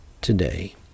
today